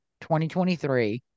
2023